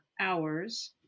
hours